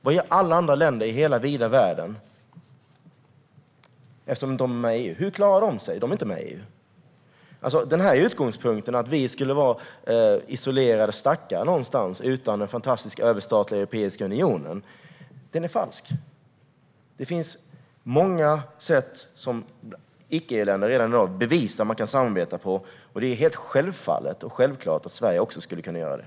Vad gör alla andra länder i hela vida världen som inte är med i EU? Hur klarar de sig? Utgångspunkten att vi skulle vara isolerade stackare någonstans utan den fantastiska överstatliga Europeiska unionen är falsk. Många icke-EU-länder bevisar redan i dag att det finns många sätt att samarbeta på. Det är helt självklart att också Sverige skulle kunna göra det.